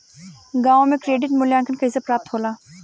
गांवों में क्रेडिट मूल्यांकन कैसे प्राप्त होला?